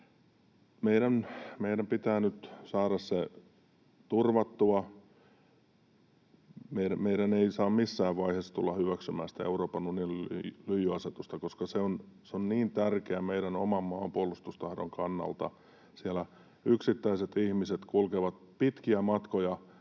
meidän pitää nyt saada se turvattua. Me emme saa missään vaiheessa tulla hyväksymään sitä Euroopan unionin lyijyasetusta, koska se on niin tärkeää meidän oman maanpuolustustahdon kannalta. Siellä yksittäiset ihmiset kulkevat pitkiä matkoja